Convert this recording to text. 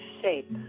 shape